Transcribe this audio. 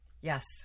Yes